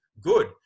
good